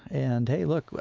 and hey, look,